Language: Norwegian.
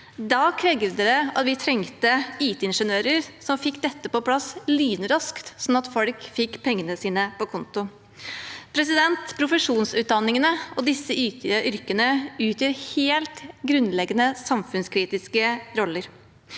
Da krevdes det ITingeniører som fikk dette på plass lynraskt, slik at folk fikk pengene sine på konto. Profesjonsutdanningene og disse yrkene utgjør helt grunnleggende, samfunnskritiske roller.